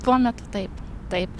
tuo metu taip taip